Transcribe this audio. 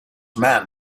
man